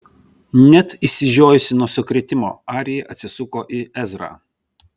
net išsižiojusi nuo sukrėtimo arija atsisuko į ezrą